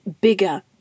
bigger